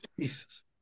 Jesus